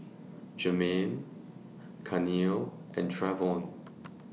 Germaine Carnell and Trevon